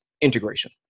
integration